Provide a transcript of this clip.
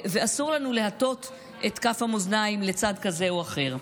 ואסור לנו להטות את כף המאזניים לצד כזה או אחר.